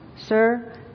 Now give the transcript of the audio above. Sir